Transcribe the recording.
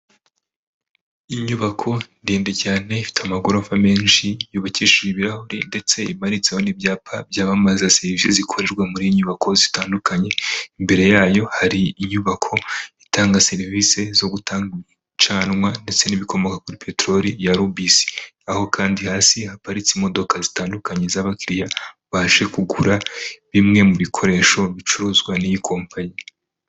Inyubako ndende cyane ifite amagorofa menshi yubakishije ibirahuri ndetseparitseho n'ibyapa byamamaza serivisi zikorerwa muri nyubako zitandukanye imbere yayo hari inyubako itanga serivisi zo gutangacanwa ndetse n'ibikomoka kuri peteroli ya ruubis aho kandi hasi haparitse imodoka zitandukanye z'abakiriya bashe kugura bimwe mu bikoresho bicuruzwa n'iyi kompanyi.